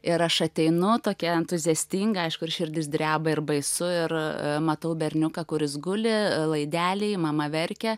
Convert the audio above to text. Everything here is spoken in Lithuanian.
ir aš ateinu tokia entuziastinga aišku ir širdis dreba ir baisu ir matau berniuką kuris guli laideliai mama verkia